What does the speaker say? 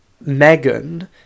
megan